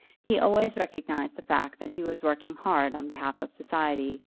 he always recognized the fact that he was working hard on behalf of society,